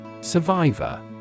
Survivor